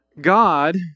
God